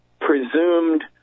presumed